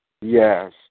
Yes